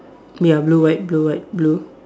ya blue white blue white blue